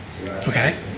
Okay